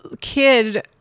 kid